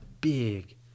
big